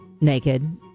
naked